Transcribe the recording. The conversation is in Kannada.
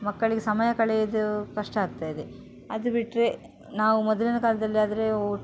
ಮಕ್ಕಳಿಗೆ ಸಮಯ ಕಳೆಯೋದು ಕಷ್ಟ ಆಗ್ತಾ ಇದೆ ಅದು ಬಿಟ್ಟರೆ ನಾವು ಮೊದಲಿನ ಕಾಲದಲ್ಲಿ ಆದರೆ